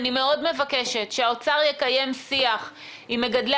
אני מאוד מבקשת שהאוצר יקיים שיח עם מגדלי